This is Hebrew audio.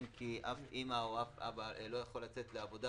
כי אמא או אבא לא יכולים לצאת לעבודה